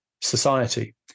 society